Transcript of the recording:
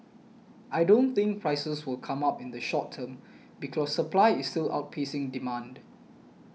I don't think prices will come up in the short term because supply is still outpacing demand